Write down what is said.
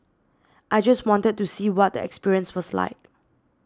I just wanted to see what the experience was like